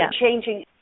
changing